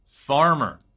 farmer